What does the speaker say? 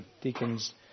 Deacons